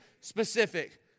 specific